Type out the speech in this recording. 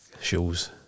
shows